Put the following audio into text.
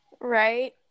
Right